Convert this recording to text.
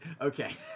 Okay